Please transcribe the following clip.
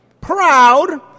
proud